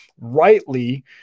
rightly